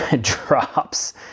drops